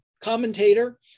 commentator